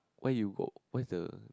where you go where's the